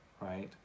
right